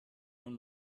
own